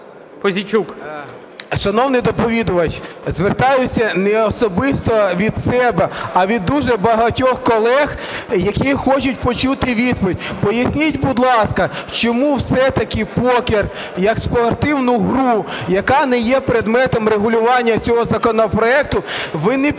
Шановний доповідач, звертаюся не особисто від себе, а від дуже багатьох колег, які хочуть почути відповідь. Поясність, будь ласка, чому все-таки покер як спортивна гра, яка не є предметом регулювання цього законопроекту, ви не підтримуєте